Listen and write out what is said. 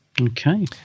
Okay